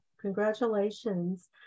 Congratulations